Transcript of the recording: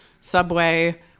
subway